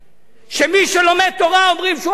שמי שלומד תורה אומרים שהוא עבריין.